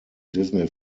disney